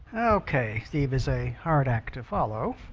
okay steve is a hard act to follow